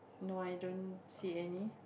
no i don't see any